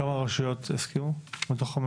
כמה רשויות הסכימו מתוך 15?